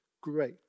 great